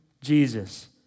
Jesus